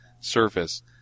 surface